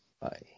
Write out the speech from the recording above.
Bye